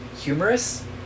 humorous